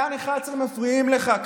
כאן 11 מפריעים לך,